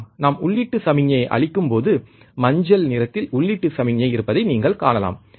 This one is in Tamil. ஆம் நாம் உள்ளீட்டு சமிக்ஞையை அளிக்கும்போது மஞ்சள் நிறத்தில் உள்ளீட்டு சமிக்ஞை இருப்பதை நீங்கள் காணலாம்